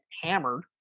hammered